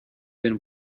been